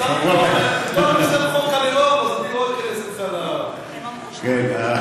אתה, בתור יוזם חוק הלאום, אני לא